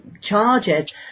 charges